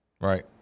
Right